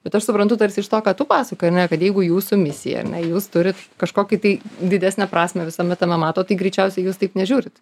bet aš suprantu tarsi iš to ką tu pasakojai ar ne kad jeigu jūsų misija ar ne jūs turit kažkokį tai didesnę prasmę visame tame matot tai greičiausiai jūs taip nežiūrit